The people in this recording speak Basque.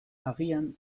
agian